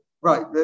right